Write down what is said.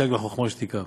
סייג לחכמה שתיקה.